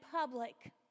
public